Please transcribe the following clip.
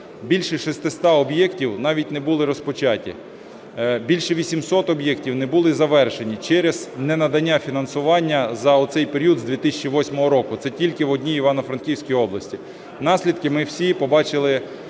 Більше 600 об'єктів навіть не були розпочаті, більше 800 об'єктів не були завершені через ненадання фінансування за оцей період з 2008 року. Це тільки в одній Івано-Франківській області. Наслідки ми всі побачили